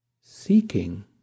seeking